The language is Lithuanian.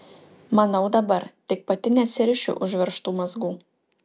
manau dabar tik pati neatsirišiu užveržtų mazgų